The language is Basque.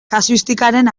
kasuistikaren